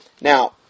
Now